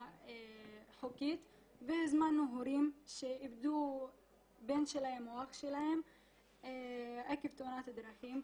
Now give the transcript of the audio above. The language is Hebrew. חוקית והזמנו הורים שאיבדו בן שלהם או אחר שלהם עקב תאונת דרכים.